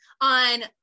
on